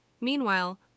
Meanwhile